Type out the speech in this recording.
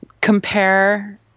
compare